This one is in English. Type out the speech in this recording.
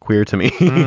queer to me.